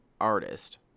artist